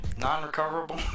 non-recoverable